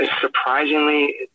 surprisingly